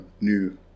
new